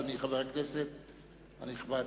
אדוני חבר הכנסת הנכבד.